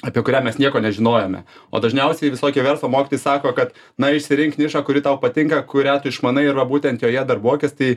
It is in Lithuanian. apie kurią mes nieko nežinojome o dažniausiai visokie verslo mokytojai sako kad na išsirink nišą kuri tau patinka kurią tu išmanai ir va būtent joje darbuokis tai